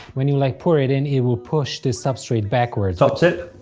when you like pour it in, it will push the substrate backwards. top tip!